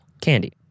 Candy